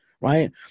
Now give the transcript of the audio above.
Right